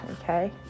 okay